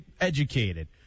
educated